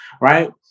right